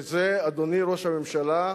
בזה, אדוני ראש הממשלה,